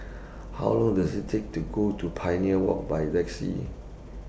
How Long Does IT Take to Go to Pioneer Walk By Taxi